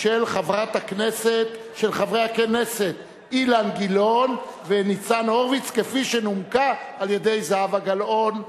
של חברי הכנסת אילן גילאון וניצן הורוביץ כפי שנומקה על-ידי זהבה גלאון.